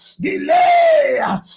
Delay